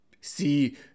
See